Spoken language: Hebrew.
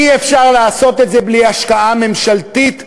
אי-אפשר לעשות את זה בלי השקעה ממשלתית,